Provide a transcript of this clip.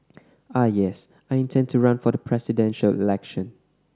ah yes I intend to run for the Presidential Election